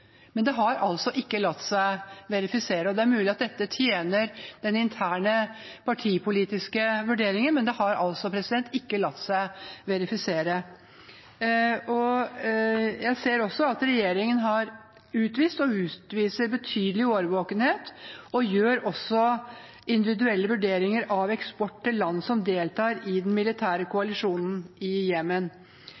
Men det har ikke latt seg verifisere. Det er mulig at dette tjener interne, partipolitiske vurderinger, men det har ikke latt seg verifisere. Jeg ser at regjeringen har utvist og utviser betydelig årvåkenhet og gjør individuelle vurderinger av eksport til land som deltar i den militære